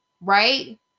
right